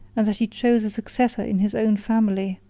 and that he chose a successor in his own family,